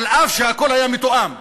אף שהכול היה מתואם.